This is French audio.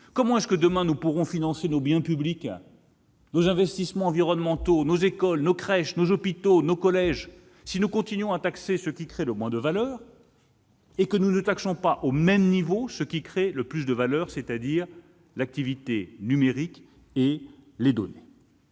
Comment pourrons-nous, demain, financer nos biens publics, nos investissements environnementaux, nos écoles, nos crèches, nos hôpitaux, nos collèges, si nous continuons à taxer ceux qui créent le moins de valeur sans taxer au même niveau ceux qui créent le plus de valeur, c'est-à-dire l'activité numérique et les données ?